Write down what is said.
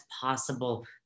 possible